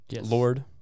Lord